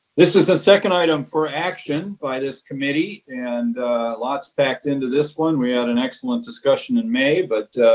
this is a second item for action by this committee and lots packed into this one. we had an excellent discussion in may. but